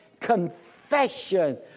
confession